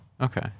Okay